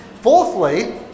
Fourthly